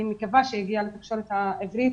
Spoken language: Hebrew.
אני מקווה שזה הגיע לתקשורת העברית,